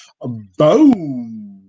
Boom